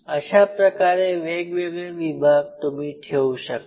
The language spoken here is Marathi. अशा प्रकारे वेगवेगळे विभाग तुम्ही ठेवू शकता